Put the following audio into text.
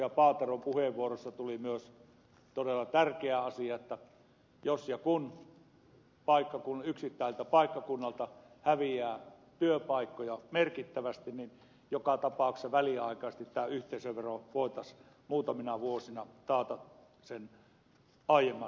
paateron puheenvuorossa tuli esille myös todella tärkeä asia että jos ja kun yksittäiseltä paikkakunnalta häviää työpaikkoja merkittävästi niin joka tapauksessa väliaikaisesti tämä yhteisövero voitaisiin muutamina vuosina taata aiemman suuruisena